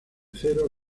zero